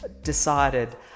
decided